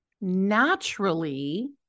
naturally